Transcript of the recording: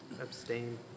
Abstain